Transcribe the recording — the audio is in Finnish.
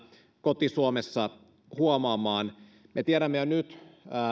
koti suomessa huomaamaan me tiedämme jo nyt niiden